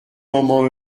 moments